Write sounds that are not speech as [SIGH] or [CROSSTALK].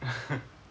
[LAUGHS]